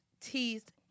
teased